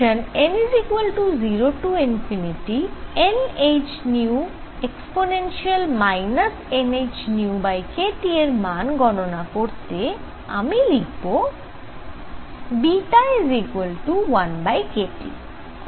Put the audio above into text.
n0nhνe nhνkT এর মান গণনা করতে আমি লিখব β1kT